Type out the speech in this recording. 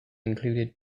included